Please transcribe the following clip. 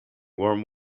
warm